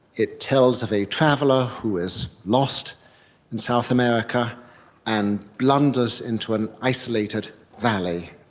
it tells of a traveller who is lost in south america and blunders into an isolated valley.